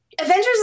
Avengers